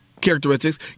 characteristics